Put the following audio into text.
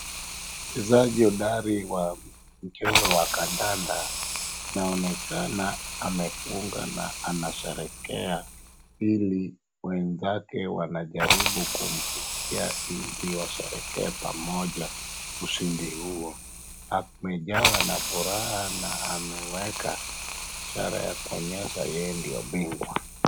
Mchezaji hodari wa mchezo wa kandanda anaonekana amefunga na anasherehekea ili wenzake wanajaribu kumfikia ili washerehekee pamoja ushindi huo. Amejawa na furaha na ameweka ishara ya kuonyesha yeye ndio bingwa.